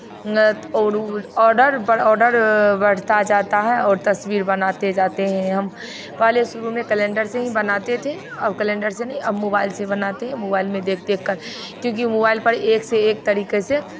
और ऑर्डर पर ऑर्डर बैठता जाता है और तस्वीर बनाते जाते हैं हम पहले शुरू में कैलेंडर से ही बनाते थे अब कैलेंडर से नहीं अब मोबाइल से बनाते हैं मोबाइल में देख देख कर क्योंकि मोबाइल पर एक से एक तरीके से